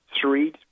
three